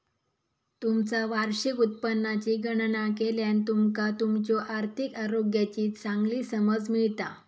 तुमचा वार्षिक उत्पन्नाची गणना केल्यान तुमका तुमच्यो आर्थिक आरोग्याची चांगली समज मिळता